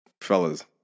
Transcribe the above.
Fellas